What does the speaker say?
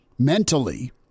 Mentally